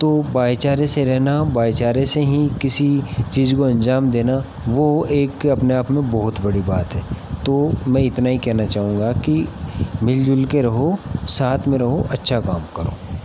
तो भाई चारे से रहना भाई चारे से ही किसी चीज को अंजाम देना वो एक अपने आप में बहुत बड़ी बात है तो मैं इतना ही कहना चाहूँगा कि मिल जुल के रहो साथ में रहो अच्छा काम करो